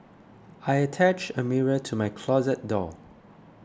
I attached a mirror to my closet door